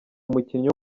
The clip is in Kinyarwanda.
umukinnyi